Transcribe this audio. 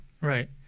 Right